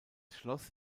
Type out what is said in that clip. schloss